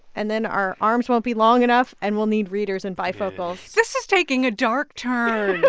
and then our arms won't be long enough. and we'll need readers and bifocals this is taking a dark turn and